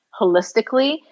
holistically